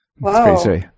Wow